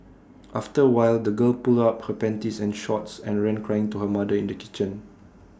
after A while the girl pulled up her panties and shorts and ran crying to her mother in the kitchen